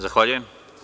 Zahvaljujem.